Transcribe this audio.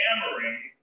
hammering